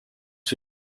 für